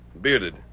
bearded